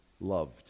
loved